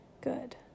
Good